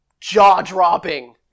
jaw-dropping